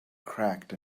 cracked